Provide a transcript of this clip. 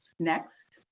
next.